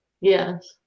Yes